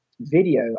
video